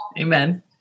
amen